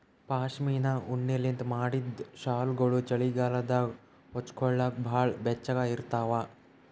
ಪಶ್ಮಿನಾ ಉಣ್ಣಿಲಿಂತ್ ಮಾಡಿದ್ದ್ ಶಾಲ್ಗೊಳು ಚಳಿಗಾಲದಾಗ ಹೊಚ್ಗೋಲಕ್ ಭಾಳ್ ಬೆಚ್ಚಗ ಇರ್ತಾವ